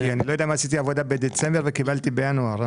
אני לא יודע אם עשיתי עבודה בדצמבר וקיבלתי בינואר.